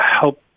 help